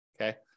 okay